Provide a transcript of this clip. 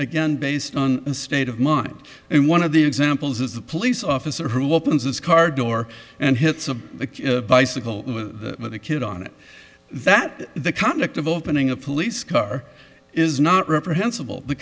again based on the state of mind and one of the examples is the police officer who opens his car door and hits a bicycle with a kid on it that the conduct of opening a police car is not reprehensible the